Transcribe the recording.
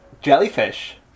Jellyfish